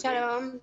שלום.